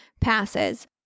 passes